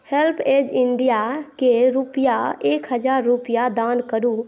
HelpAge इण्डियाके रूपैआ एक हजार रूपैआ दान करू